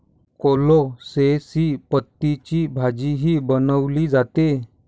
कोलोसेसी पतींची भाजीही बनवली जाते